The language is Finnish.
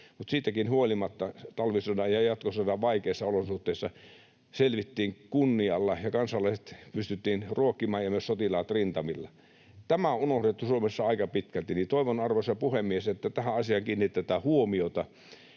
siitäkin huolimatta talvisodan ja jatkosodan vaikeista olosuhteista selvittiin kunnialla ja kansalaiset pystyttiin ruokkimaan ja myös sotilaat rintamilla. Kun tämä on unohdettu Suomessa aika pitkälti, niin toivon, arvoisa puhemies, että tähän asiaan kiinnitetään huomiota,